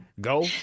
go